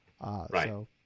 Right